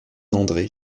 andré